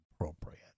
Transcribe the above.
appropriate